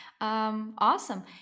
Awesome